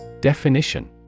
Definition